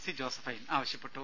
C Josephine ആവശ്യപ്പെട്ടു